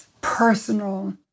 personal